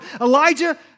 Elijah